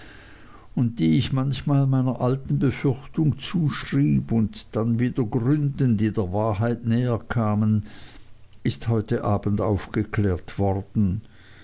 und die ich manchmal meiner alten befürchtung zuschrieb und dann wieder gründen die der wahrheit näher kamen ist heute abends aufgeklärt worden